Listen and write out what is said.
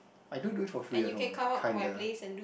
I do do it for free at home kinda